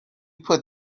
put